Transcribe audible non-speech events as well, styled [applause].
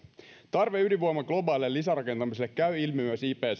tarve ydinvoiman globaalille lisärakentamiselle käy ilmi myös ipccn [unintelligible]